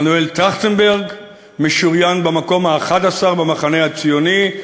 מנואל טרכטנברג משוריין במקום ה-11 במחנה הציוני,